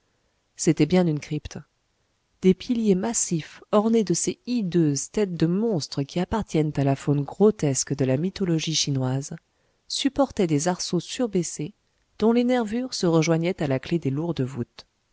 c'était bien une crypte des piliers massifs ornés de ces hideuses têtes de monstres qui appartiennent à la faune grotesque de la mythologie chinoise supportaient des arceaux surbaissés dont les nervures se rejoignaient à la clef des lourdes voûtes